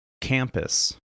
campus